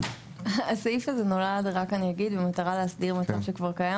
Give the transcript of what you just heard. הסעיף הזה נולד במטרה להסדיר מצב שכבר קיים.